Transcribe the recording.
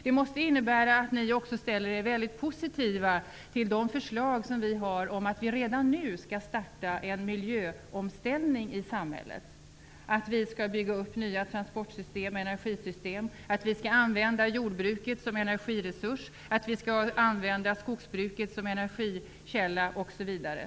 Det måste innebära att ni ställer er positiva till de förslag vi har att redan nu starta en miljöomställning i samhället. Det skall byggas upp nya transport och energisystem. Jordbruket skall användas som en energiresurs, och skogsbruket skall användas som en energikälla osv.